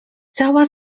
cała